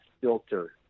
filter